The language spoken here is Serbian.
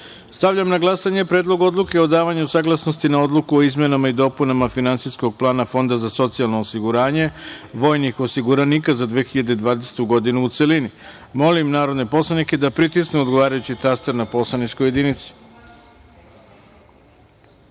odluke. Stavljam na glasanje Predlog Odluke o davanju saglasnosti na Odluku o izmenama i dopunama Finansijskog plana Fonda za socijalno osiguranje vojnih osiguranika za 2020. godinu, u celini. Molim narodne poslanike da pritisnu odgovarajući taster na poslaničkoj